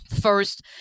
first